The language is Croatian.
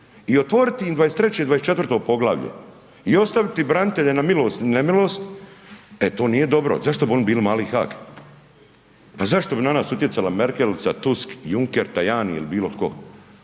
i otvoriti im 23. i 24. poglavlje i ostaviti branitelje na milost i nemilost, e to nije dobro, zašto bi oni bili mali Haag? Pa zašto bi na nas utjecaja Merkelica, Tusk, Juncker, Tajani ili bilo tko?